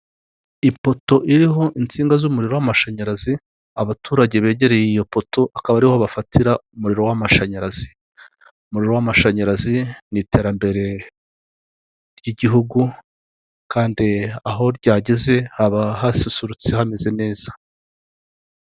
Ahantu hari habereye amatora abaturage bamwe bari kujya gutora abandi bari kuvayo ku marembo y'aho hantu hari habereye amatora hari hari banderore yanditseho repubulika y'u Rwanda komisiyo y'igihugu y'amatora, amatora y'abadepite ibihumbi bibiri na cumi n'umunani twitabire amatora duhitemo neza.